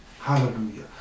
Hallelujah